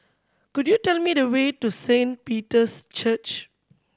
could you tell me the way to Saint Peter's Church